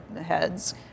heads